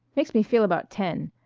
makes me feel about ten.